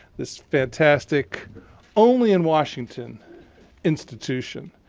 this fantastic only in washington institution.